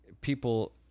people